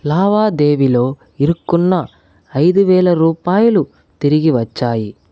లావాదేవీలో ఇరుక్కున్న ఐదు వేల రూపాయలు తిరిగి వచ్చాయి